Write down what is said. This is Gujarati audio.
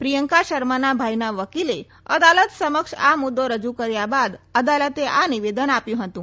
પ્રિયંકા શર્માના ભાઈના વકીલે અદાલત સમક્ષ આ મુદ્દો રજૂ કર્યા બાદ અદાલતે આ નિવેદન આપ્યું હતું